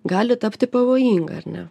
gali tapti pavojinga ar ne